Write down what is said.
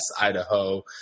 Idaho